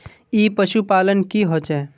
ई पशुपालन की होचे?